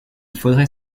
faudrait